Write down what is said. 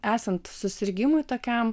esant susirgimui tokiam